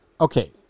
Okay